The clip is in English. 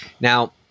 Now